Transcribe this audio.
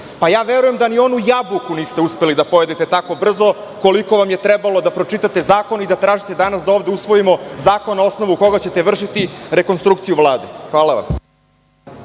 Verujem da ni onu jabuku niste uspeli da pojedete tako brzo koliko vam je trebalo da pročitate zakon i da tražite danas da ovde usvojimo zakon na osnovu koga ćete vršiti rekonstrukciju Vlade. Hvala vam.